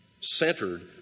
centered